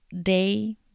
day